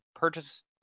Purchase